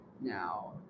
Now